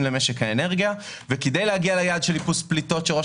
למשק האנרגיה וכדי להגיע ליעד של איפוס פליטות כפי שהצהיר ראש